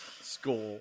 score